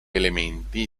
elementi